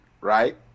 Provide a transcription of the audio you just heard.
right